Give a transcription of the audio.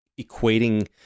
equating